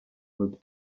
with